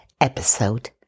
episode